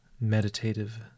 meditative